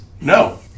No